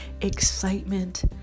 excitement